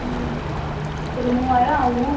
ம் ஒரு மூவாயிரம் ஆகும்